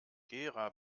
gera